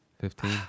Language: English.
Fifteen